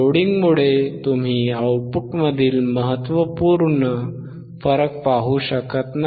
लोडिंगमुळे तुम्ही आउटपुटमधील महत्त्वपूर्ण फरक पाहू शकत नाही